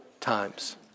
times